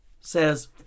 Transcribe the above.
says